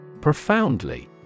Profoundly